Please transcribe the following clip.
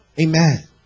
Amen